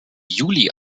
juli